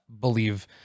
believe